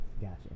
Gotcha